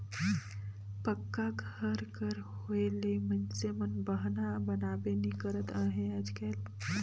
पक्का घर कर होए ले मइनसे मन बहना बनाबे नी करत अहे आएज काएल